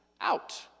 out